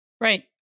Right